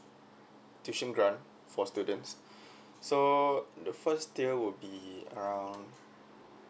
tuition grant for students so the first tier would be uh